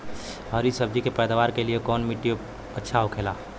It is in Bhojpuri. हरी सब्जी के पैदावार के लिए कौन सी मिट्टी अच्छा होखेला?